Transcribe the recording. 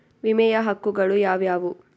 ವಿಮೆಯ ಹಕ್ಕುಗಳು ಯಾವ್ಯಾವು?